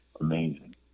amazing